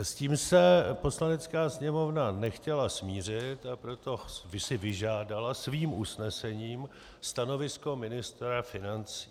S tím se Poslanecká sněmovna nechtěla smířit, a proto si vyžádala svým usnesením stanovisko ministra financí.